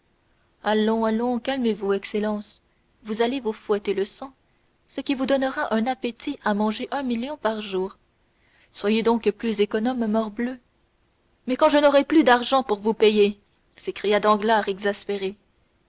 allons allons calmez-vous excellence vous allez vous fouetter le sang ce qui vous donnera un appétit à manger un million par jour soyez donc plus économe morbleu mais quand je n'aurai plus d'argent pour vous payer s'écria danglars exaspéré